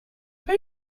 pas